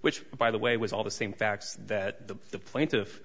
which by the way was all the same facts that the plaintiff